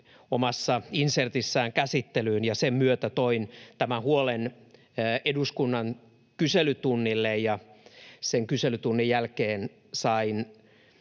omassa insertissään käsittelyyn, ja sen myötä toin tämän huolen eduskunnan kyselytunnille. Sen kyselytunnin jälkeen sain